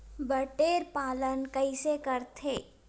बटेर पालन कइसे करथे?